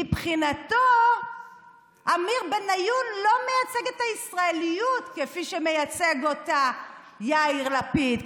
מבחינתו עמיר בניון לא מייצג את הישראליות כפי שמייצג אותה יאיר לפיד,